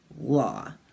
law